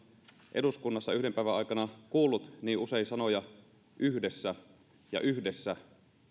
eduskunnassa yhden päivän aikana kuullut niin usein sanoja yhdessä ja yhdessä